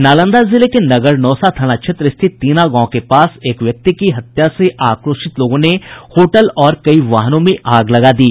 नालंदा जिले के नगरनौसा थाना क्षेत्र स्थित तीना गांव के पास एक व्यक्ति की हत्या से आक्रोशित लोगों ने होटल और कई वाहनों में आग लगा दी